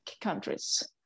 countries